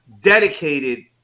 dedicated